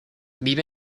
vive